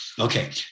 Okay